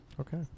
okay